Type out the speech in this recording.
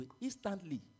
instantly